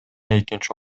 экинчи